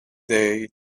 day